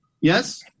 Yes